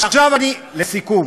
לסיכום,